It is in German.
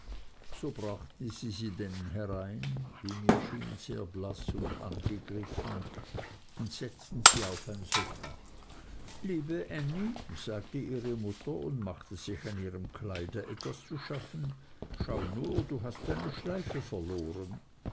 so brachten sie sie denn herein wie mir schien sehr blaß und angegriffen und setzten sie auf ein sofa liebe ännie sagte ihre mutter und machte sich an ihrem kleide etwas zu schaffen schau nur du hast eine schleife verloren